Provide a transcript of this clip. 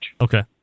Okay